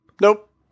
Nope